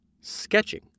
sketching